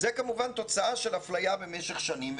זאת כמובן תוצאה של אפליה שנמשכת שנים,